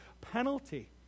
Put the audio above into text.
penalty